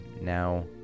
now